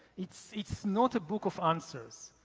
it's it's not a book of answers,